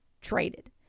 traded